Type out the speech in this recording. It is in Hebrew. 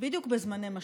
בדיוק בזמני משבר,